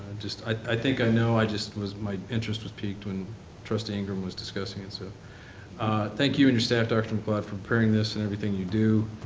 just i think i know, i just was my interest was piqued when trustee ingram was discussing it. so thank you and your staff, mr. mccloud, for preparing this and everything you do.